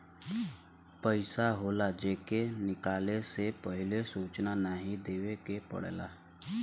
पइसा होला जे के निकाले से पहिले सूचना नाही देवे के पड़ेला